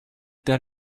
that